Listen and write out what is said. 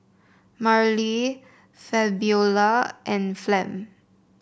Marley Fabiola and Flem